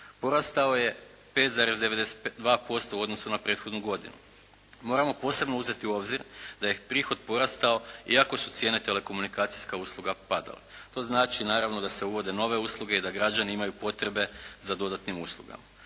Porastao je 5,92% u odnosu na prethodnu godinu. Moramo posebno uzeti u obzir da je prihod porastao iako su cijene telekomunikacijskih usluga padale. To znači naravno da se uvode nove usluge i da građani imaju potrebe za dodatnim uslugama.